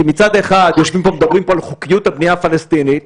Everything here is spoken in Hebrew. כי מצד אחד יושבים פה ומדברים על חוקיות הבנייה הפלסטינית,